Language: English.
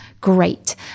great